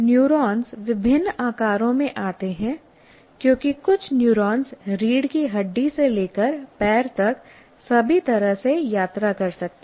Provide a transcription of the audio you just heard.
neurons विभिन्न आकारों में आते हैं क्योंकि कुछ न्यूरॉन्स रीढ़ की हड्डी से लेकर पैर तक सभी तरह से यात्रा कर सकते हैं